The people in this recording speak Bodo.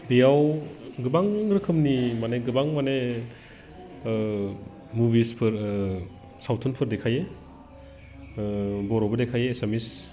बेयाव गोबां रोखोमनि माने गोबां माने मुभिसफोर सावथुनफोर देखायो बर'बो देखायो एसामिस